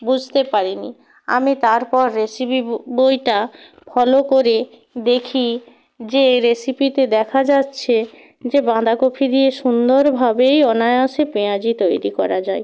বুঝতে পারি নি আমি তারপর রেসিপি বইটা ফলো করে দেখি যে রেসিপিতে দেখা যাচ্ছে যে বাঁদাকফি দিয়ে সুন্দরভাবেই অনায়াসে পেঁয়াজি তৈরি করা যায়